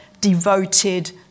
devoted